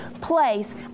place